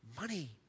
Money